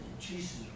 Jesus